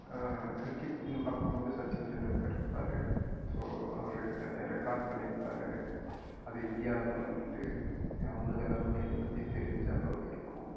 கிரிக்கெட்னு பார்க்கும் போது சச்சின் டெண்டுல்கர் இருப்பார் ஸோ அவர் நிறைய ரெக்கார்ட் பண்ணிருப்பாரு அது இந்தியாவில் பிறந்துட்டு உலக லெவலில் எல்லாத்தையும் தெரிஞ்ச அளவுக்கு இருக்கும்